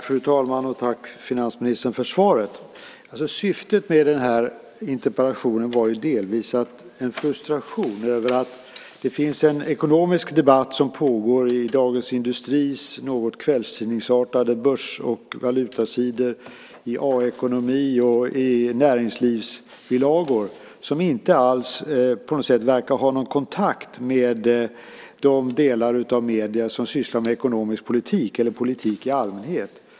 Fru talman! Jag tackar finansministern för svaret. Bakgrunden till den här interpellationen var delvis en frustration över att det finns en ekonomisk debatt som pågår i Dagens Industris något kvällstidningsartade börs och valutasidor, i A-ekonomi och i näringslivsbilagor som inte alls verkar ha någon kontakt med de delar av medierna som sysslar med ekonomisk politik eller politik i allmänhet.